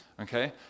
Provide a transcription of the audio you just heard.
Okay